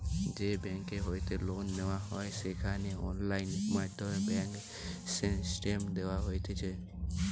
যেই বেংক হইতে লোন নেওয়া হয় সেখানে অনলাইন মাধ্যমে ব্যাঙ্ক স্টেটমেন্ট দেখা যাতিছে